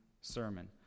sermon